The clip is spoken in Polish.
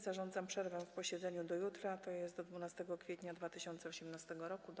Zarządzam przerwę w posiedzeniu do jutra, tj. do 12 kwietnia 2018 r., do